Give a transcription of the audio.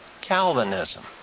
Calvinism